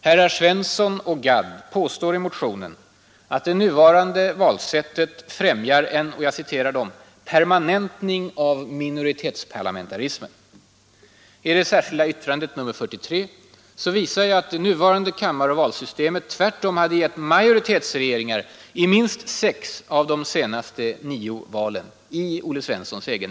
Herrar Svensson och Gadd påstår i motionen att det nuvarande valsättet främjar en ”permanentning av minoritetsparlamentarismen”. I det särskilda yttrandet nr 43 visar jag att det nuvarande kammaroch valsystemet tvärtom hade gett majoritetsregeringar i minst sex av de senaste nio valen.